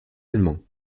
allemands